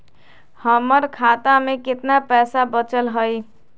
हमर खाता में केतना पैसा बचल हई?